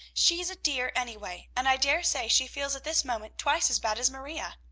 she's a dear, anyway, and i dare say she feels at this moment twice as bad as maria.